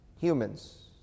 Humans